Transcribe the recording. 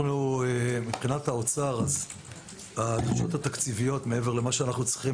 מבחינת האוצר הדרישות התקציביות מעבר למה שאנחנו צריכים